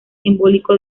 simbólico